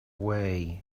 way